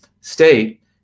state